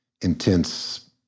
intense